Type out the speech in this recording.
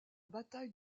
bataille